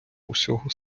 усього